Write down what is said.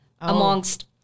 amongst